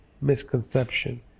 misconception